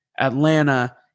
Atlanta